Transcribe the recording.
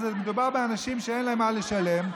מדובר באנשים שאין להם איך לשלם,